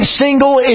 single